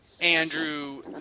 Andrew